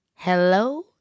Hello